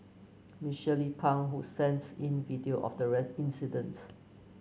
Miss Shirley Pang who sent in video of the incident